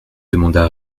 demanda